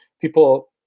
people